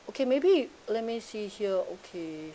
okay maybe you let me see here okay